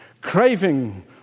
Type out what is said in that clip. Craving